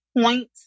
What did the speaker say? point